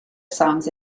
songs